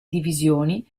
divisioni